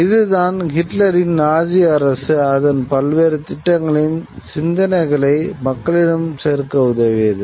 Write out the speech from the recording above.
இதுதான் ஹிட்லரின் நாஜி அரசு அதன் பல்வேறு திட்டங்களையும் சிந்தனைகளை மக்களிடம் சேர்க்க உதவியது